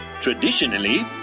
Traditionally